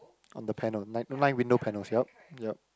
on the panel nine nine window panels yup yup